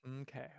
Okay